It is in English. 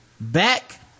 Back